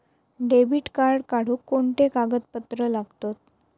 Debit card काढुक कोणते कागदपत्र लागतत?